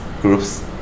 groups